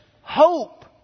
hope